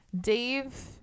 Dave